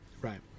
right